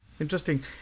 Interesting